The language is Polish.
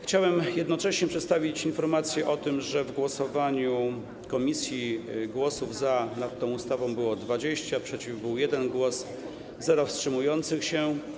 Chciałbym jednocześnie przedstawić informację o tym, że w głosowaniu komisji nad tą ustawą głosów za było 20, przeciw był 1 głos, 0 wstrzymujących się.